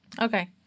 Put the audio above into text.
Okay